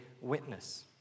witness